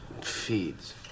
Feeds